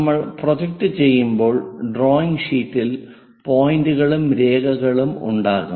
നമ്മൾ പ്രൊജക്റ്റ് ചെയ്യുമ്പോൾ ഡ്രോയിംഗ് ഷീറ്റിൽ പോയിന്റുകളും രേഖകളും ഉണ്ടാകും